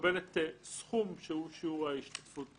מקבלת סכום שהוא שיעור ההשתתפות